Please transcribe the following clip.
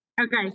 Okay